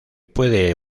puede